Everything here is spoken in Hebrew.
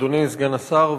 אדוני סגן השר,